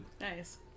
Nice